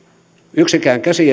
yksikään käsi